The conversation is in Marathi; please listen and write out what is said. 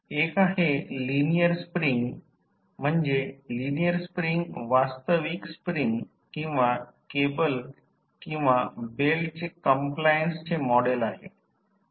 एक आहे लिनिअर स्प्रिंग म्हणजे लिनिअर स्प्रिंग वास्तविक स्प्रिंग किंवा केबल किंवा बेल्टचे कॉम्प्लायन्स चे मॉडेल आहे